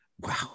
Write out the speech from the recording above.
Wow